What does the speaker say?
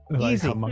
Easy